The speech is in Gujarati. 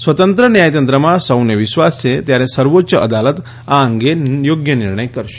સ્વતંત્ર ન્યાયતંત્રમાં સૌને વિશ્વાસ છે ત્યારે સર્વોચ્ય અદાલત આ અંગે યોગ્ય નિર્ણય કરશે